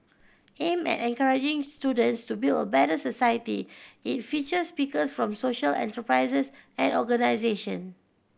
aimed at encouraging students to build a better society it features speakers from social enterprises and organisation